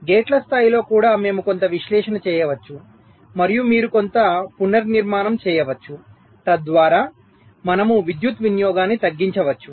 గేట్ల స్థాయిలో కూడా మేము కొంత విశ్లేషణ చేయవచ్చు మరియు మీరు కొంత పునర్నిర్మాణం చేయవచ్చు తద్వారా మేము విద్యుత్ వినియోగాన్ని తగ్గించవచ్చు